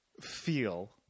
feel